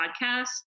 podcast